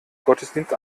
gottesdienst